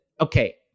okay